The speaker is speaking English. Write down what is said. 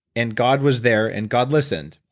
and god was there and god listened,